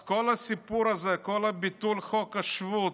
אז כל הסיפור הזה, כל ביטול חוק השבות,